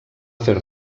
fer